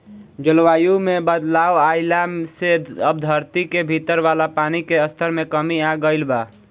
जलवायु में बदलाव आइला से अब धरती के भीतर वाला पानी के स्तर में कमी आ गईल बा